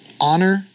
honor